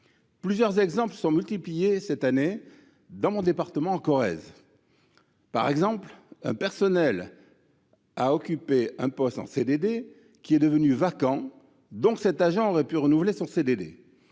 Plusieurs exemples se sont multipliés cette année dans mon département de Corrèze. Par exemple, un agent a occupé un poste en CDD, qui est devenu vacant ; cet agent aurait donc pu renouveler son CDD.